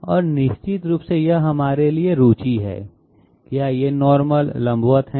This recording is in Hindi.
और निश्चित रूप से यह हमारे लिए रुचि है क्या ये नॉर्मल लंबवत हैं